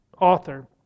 author